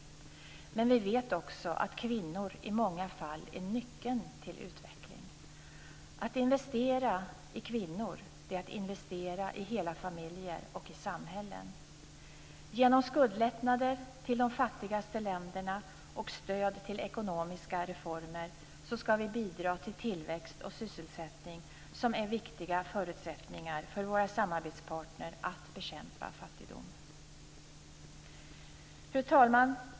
Men vi vet också att kvinnor i många fall är nyckeln till utveckling. Att investera i kvinnor är att investera i hela familjer och i samhällen. Genom skuldlättnader till de fattigaste länderna och stöd till ekonomiska reformer ska vi bidra till tillväxt och sysselsättning, som är viktiga förutsättningar för att våra samarbetspartner ska kunna bekämpa fattigdomen. Fru talman!